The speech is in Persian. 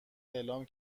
اعلام